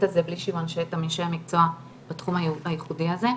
הזה בלי שיש את אנשי המקצוע בתחום הייחודי הזה.